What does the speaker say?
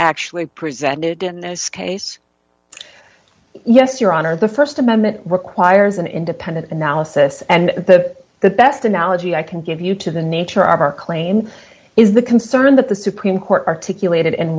actually presented in this case yes your honor the st amendment requires an independent analysis and the the best analogy i can give you to the nature of our claim is the concern that the supreme court articulated